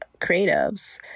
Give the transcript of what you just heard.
creatives